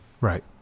Right